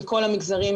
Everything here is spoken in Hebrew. מכל המגזרים,